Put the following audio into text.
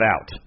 out